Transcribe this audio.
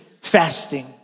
fasting